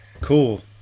Cool